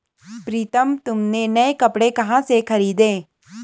प्रितम तुमने नए कपड़े कहां से खरीदें?